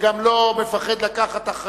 וגם לא מפחד לקחת אחריות.